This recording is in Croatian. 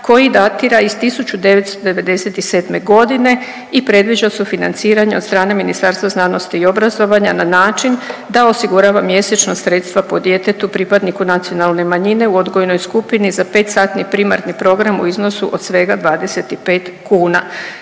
koji datira iz 1997. godine i predviđa sufinanciranje od strane Ministarstva znanosti i obrazovanja na način da osigurava mjesečno sredstva po djetetu pripadniku nacionalne manjine u odgojnoj skupini za 5-satni primarni program u iznosu od svega 25 kuna.